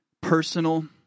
personal